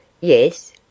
Yes